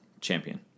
Champion